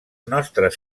nostres